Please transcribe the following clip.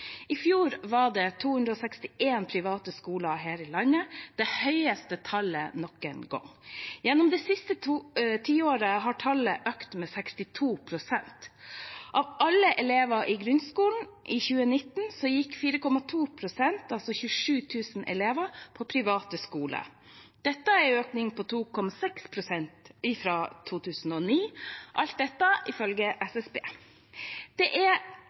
i januar i år. I fjor var det 261 private skoler her i landet, det høyeste tallet noen gang. Gjennom det siste tiåret har tallet økt med 62 pst. Av alle elever i grunnskolen i 2019 gikk 4,2 pst. – altså 27 000 elever – på private skoler. Det er en økning fra 2,6 pst. i 2009 – alt dette ifølge SSB. Det er